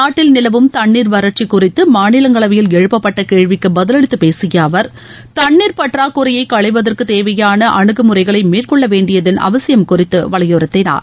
நாட்டில் நிலவும் தண்ணீர் வறட்சி குறித்து மாநிலங்களவையில் எழுப்பப்பட்ட கேள்விக்கு பதிலளித்து பேசிய அவர் தண்ணீர் பற்றாக்குறையை களைவதற்கு தேவையான அணுகுமுறைகளை மேற்கொள்ள வேண்டியதன் அவசியம் குறித்த வலியுறுத்தினார்